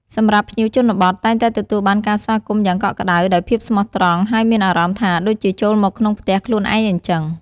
សម្រាប់ភ្ញៀវជនបទតែងតែទទួលបានការស្វាគមន៍យ៉ាងកក់ក្តៅដោយភាពស្មោះត្រង់ ហើយមានអារម្មណ៍ថាដូចជាចូលមកក្នុងផ្ទះខ្លួនឯងអញ្ចឹង។